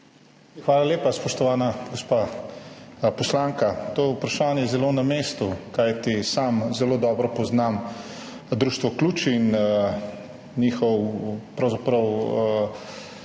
Hvala lepa, spoštovana gospa poslanka. To vprašanje je zelo na mestu, kajti sam zelo dobro poznam Društvo Ključ in njihovo prizadevanje